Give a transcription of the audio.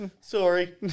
Sorry